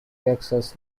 texas